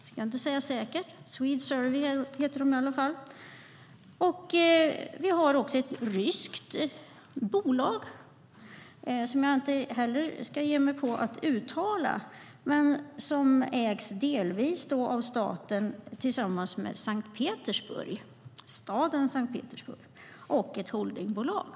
Swedesurvey heter bolaget i alla fall. Det finns även ett ryskt bolag, som jag inte ska ge mig på att uttala, som ägs delvis av staten tillsammans med staden Sankt Petersburg och ett holdingbolag.